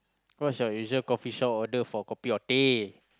what's your usual coffee shop order for kopi or teh